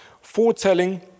Foretelling